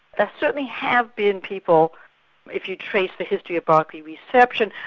there certainly have been people if you trace the history of berkeley reception,